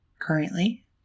currently